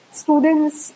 students